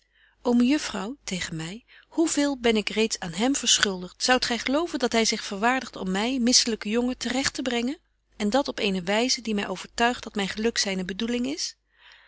ô mejuffrouw tegen my hoe veel ben ik reeds aan hem verschuldigt zoudt gy geloven dat hy zich verwaardigt om my misselyke jongen te regt te brengen en dat op eene wyze die my overtuigt dat myn geluk zyne bedoeling is